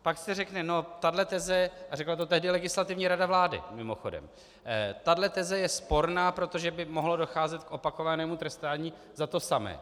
Pak se řekne, no tahle teze, a řekla to tehdy Legislativní rada vlády, mimochodem, tahle teze je sporná, protože by mohlo docházet k opakovanému trestáni za to samé.